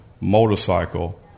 motorcycle